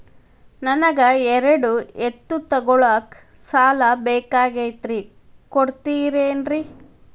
ನನಗ ಎರಡು ಎತ್ತು ತಗೋಳಾಕ್ ಸಾಲಾ ಬೇಕಾಗೈತ್ರಿ ಕೊಡ್ತಿರೇನ್ರಿ?